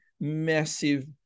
massive